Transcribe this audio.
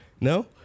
No